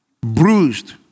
Bruised